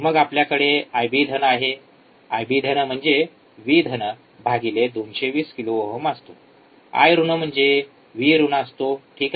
मग आपल्याकडे आयबी धन IB आहे आयबी धन IB म्हणजे व्ही धन V भागिले २२० किलो ओहम असतो आय ऋण म्हणजे व्ही ऋण असतो ठिक